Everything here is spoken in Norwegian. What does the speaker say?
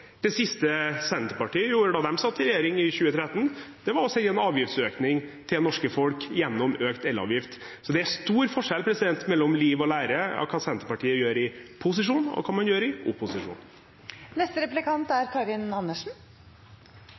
Det siste Senterpartiet gjorde da de satt i regjering, i 2013, var å sende en avgiftsøkning til det norske folk gjennom økt elavgift. Så det er stor forskjell mellom liv og lære i hva Senterpartiet gjør i posisjon, og hva man gjør i opposisjon.